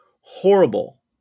horrible